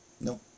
No